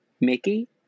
Mickey